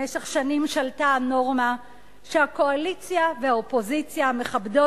במשך שנים שלטה הנורמה שהקואליציה והאופוזיציה מכבדות